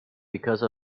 because